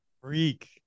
freak